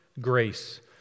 grace